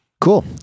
Cool